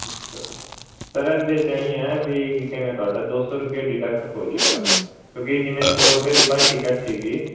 ਅੱਛਾ ਸਰ ਇਹਦੇ 'ਚ ਐਈਂ ਹੈ ਵੀ ਕੀ ਕਹਿੰਦੇ ਤੁਹਾਡਾ ਦੋ ਸੌ ਰੁਪਈਆ ਡਿਡਕਟ ਹੋਜੇਗਾ ਕਿਉਂਕਿ ਜਿਵੇਂ ਸੌ ਰੁਪਏ ਦੀ ਪਰ ਟਿਕਟ ਸੀਗੀ